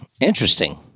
Interesting